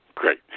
Great